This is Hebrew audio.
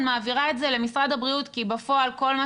אני מעבירה את זה למשרד הבריאות כי בפועל כל מה